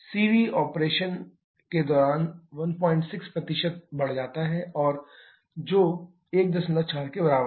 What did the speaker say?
cv operation के दौरान 16 बढ़ जाता है जो 14 के बराबर है